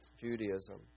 Judaism